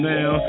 Now